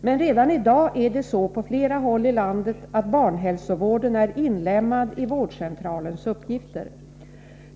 Men redan i dag är det så på flera håll i landet att barnhälsovården är inlemmad i vårdcentralens uppgifter.